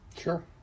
Sure